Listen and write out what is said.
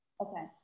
Okay